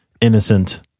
innocent